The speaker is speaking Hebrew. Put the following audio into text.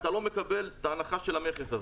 אתה לא מקבל את ההנחה הזאת של המכס.